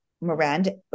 Miranda